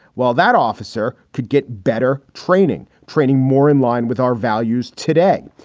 while that officer could get better training, training, more in line with our values. today,